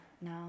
No